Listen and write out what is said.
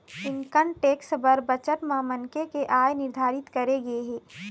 income tax बर budget म मनखे के आय निरधारित करे गे हे